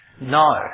No